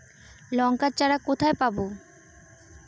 লঙ্কার চারা কোথায় পাবো?